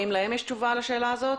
האם להם יש תשובה לשאלה הזאת?